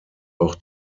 auch